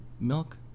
milk